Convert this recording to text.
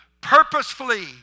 purposefully